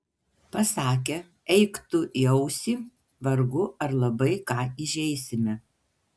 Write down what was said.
pasakę eik tu į ausį vargu ar labai ką įžeisime